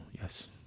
yes